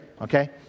okay